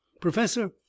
professor